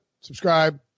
subscribe